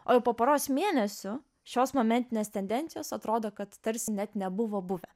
o jau po poros mėnesių šios momentinės tendencijos atrodo kad tarsi net nebuvo buvę